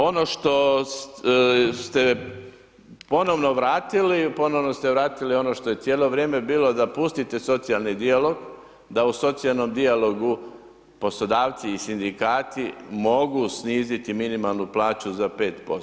Ono što ste ponovno vratili, ponovno ste vratili što je cijelo vrijeme bilo da pustite socijalni dijalog, da u socijalnom dijalogu poslodavci i sindikati mogu sniziti minimalnu plaću za 5%